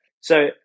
So-